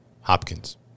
Hopkins